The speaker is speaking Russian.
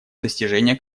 достижения